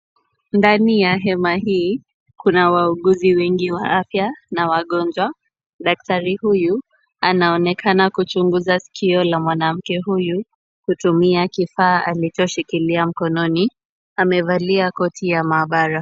Ndani ya hema hii kuna wauguzi wengi wa afya na wagonjwa. Daktari huyu, anaonekana kuchunguza sikio la mwanamke huyu, kutumia kifaa alichoshikilia mkononi. Amevalia koti ya maabara.